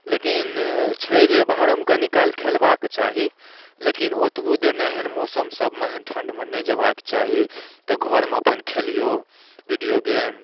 लेकिन छै जे बाहरोमे कनि काल खेलबाके चाही लेकिन ओतबो देर नहि एहन मौसमसबमे एहन ठण्डमे नहि जेबाके चाही तऽ घरमे अपन खेलिऔ वीडिओ गेम